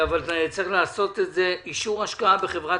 אבל צריך לעשות את זה: אישור השקעה בחברת